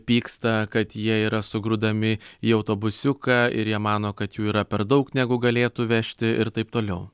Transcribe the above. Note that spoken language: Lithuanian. pyksta kad jie yra sugrūdami į autobusiuką ir jie mano kad jų yra per daug negu galėtų vežti ir taip toliau